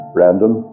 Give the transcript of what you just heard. Brandon